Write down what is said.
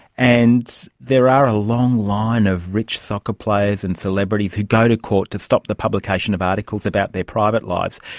and there are a long line of rich soccer players and celebrities who go to court to stop the publication of articles about their private lives.